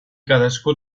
cadascú